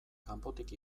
kanpotik